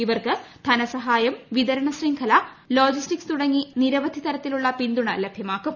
ഇവർക്ക് ധനസഹായം വിതരണ ശൃംഖല ലോജിസ്റ്റിക്സ് തുടങ്ങി നിരവധി തരത്തിൽ പിന്തുണ ലഭ്യമാക്കും